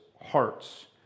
hearts